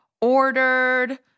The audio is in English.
Ordered